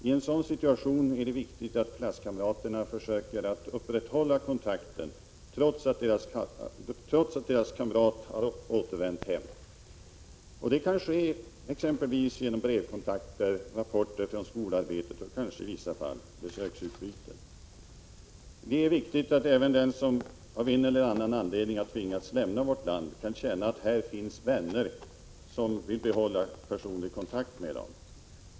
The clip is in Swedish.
I en sådan situation är det viktigt att klasskamraterna försöker att upprätthålla kontakt, trots att deras kamrat har återvänt hem. Kontakt kan upprätthållas exempelvis genom brev, rapporter från skolarbetet och i vissa fall genom besöksutbyte. Det är viktigt att även den som av en eller annan anledning tvingats lämna vårt land kan känna att det finns vänner i Sverige som vill behålla personlig kontakt med vederbörande.